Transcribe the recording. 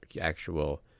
actual